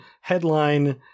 headline